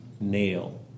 nail